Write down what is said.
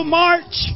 march